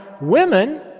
women